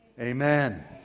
Amen